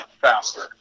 faster